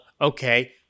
okay